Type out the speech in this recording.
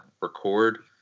record